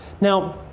Now